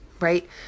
right